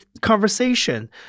conversation